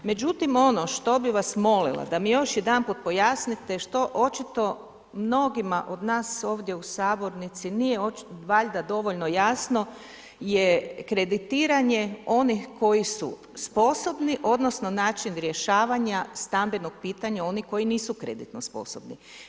Međutim ono što bih vas molila da mi još jednom pojasnite što očito mnogima od nas ovdje u sabornici nije valjda dovoljno jasno je kreditiranje onih koji su sposobni odnosno način rješavanja stambenog pitanja onih koji nisu kreditno sposobni.